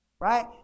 Right